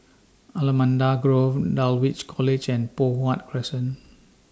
Allamanda Grove Dulwich College and Poh Huat Crescent